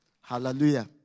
Hallelujah